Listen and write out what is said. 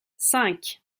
cinq